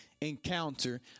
encounter